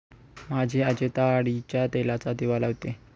माझी आजी ताडीच्या तेलाचा दिवा लावते